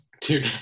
Two